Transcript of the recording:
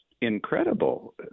incredible